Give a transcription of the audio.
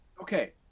Okay